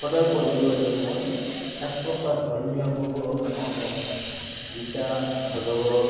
সদায় পঢ়িব লাগিলে মই এক প্ৰকাৰ ধৰ্মীয় সৰু হওক ডাঙৰ হওক গীতা ভাগৱত